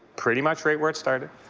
pretty much right where it started.